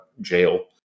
jail